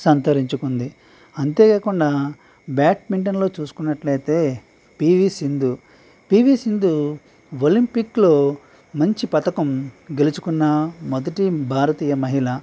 సంతరించుకుంది అంతేకాకుండా బ్యాడ్మింటన్లో చూసుకున్నట్లయితే పీవీ సింధు పివి సింధు ఒలంపిక్లో మంచి పథకం గెలుచుకున్న మొదటి భారతీయ మహిళ